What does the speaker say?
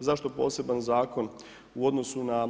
Zašto poseban zakon u odnosu na